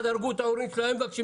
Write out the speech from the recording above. פוגעים